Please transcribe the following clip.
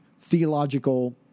theological